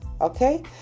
Okay